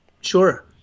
sure